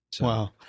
Wow